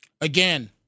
Again